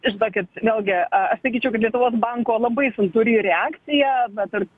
žinokit vėlgi a aš sakyčiau kad lietuvos banko labai santūri reakcija bet ar